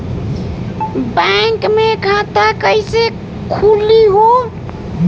Bank मे खाता कईसे खुली हो?